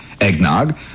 eggnog